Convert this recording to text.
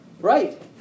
Right